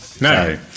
No